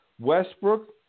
Westbrook